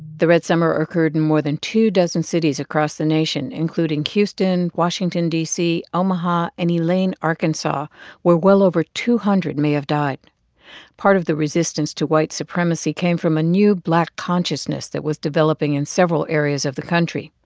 the red summer occurred in more than two dozen cities across the nation, including houston, washington, d c, omaha and elaine, ark, and but where well over two hundred may have died part of the resistance to white supremacy came from a new black consciousness that was developing in several areas of the country.